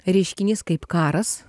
reiškinys kaip karas